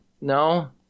no